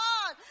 on